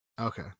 Okay